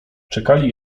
czekali